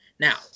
Now